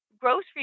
grocery